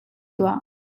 tuah